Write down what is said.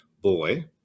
boy